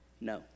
No